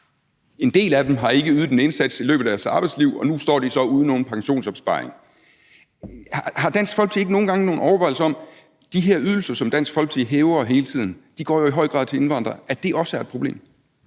en del af dem ikke har ydet en indsats i løbet af deres arbejdsliv, og nu står de så uden nogen pensionsopsparing. Gør Dansk Folkeparti sig ikke nogle gange nogle overvejelser om, at de her ydelser, som Dansk Folkeparti er med til at hæve hele tiden, jo i høj grad går til indvandrere, og at det også er et problem?